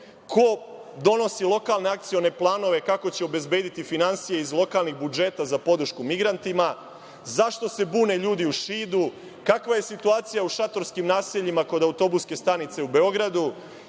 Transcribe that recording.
Ko donosi lokalne akcione planove kako će obezbediti finansije iz lokalnih budžeta za podršku migrantima? Zašto se bune ljudi u Šidu? Kakva je situacija u šatorskim naseljima kod autobuske stanice u Beogradu